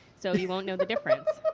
so you won't know the difference.